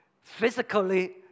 physically